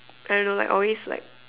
I don't know like always like